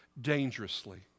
dangerously